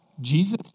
Jesus